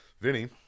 Vinny